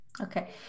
Okay